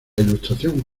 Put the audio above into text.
ilustración